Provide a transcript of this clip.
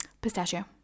Pistachio